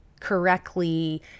correctly